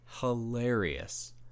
hilarious